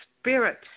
spirit